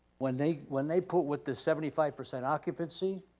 when they when they put with the seventy five percent occupancy,